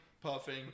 puffing